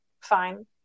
fine